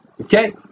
Okay